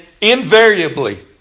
invariably